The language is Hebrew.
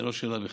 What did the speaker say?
זו לא שאלה בכלל,